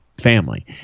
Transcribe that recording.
family